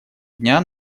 дня